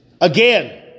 again